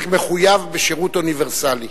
"בזק" מחויב בשירות אוניברסלי.